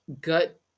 gut